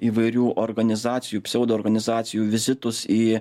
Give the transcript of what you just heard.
įvairių organizacijų pseudo organizacijų vizitus į